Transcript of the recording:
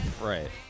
Right